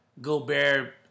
Gobert